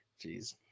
Jeez